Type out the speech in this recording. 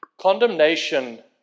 Condemnation